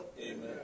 Amen